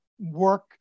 work